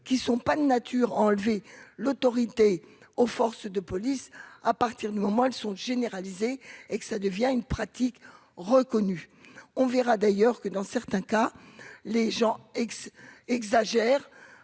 qui sont pas de nature enlever l'autorité aux forces de police, à partir du moment elles sont généralisés et que ça devient une pratique reconnue, on verra d'ailleurs que, dans certains cas, les gens ex-exagère